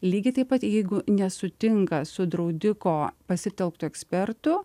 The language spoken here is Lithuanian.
lygiai taip pat jeigu nesutinka su draudiko pasitelktu ekspertu